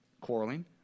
quarreling